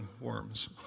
worms